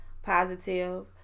Positive